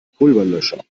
pulverlöscher